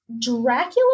dracula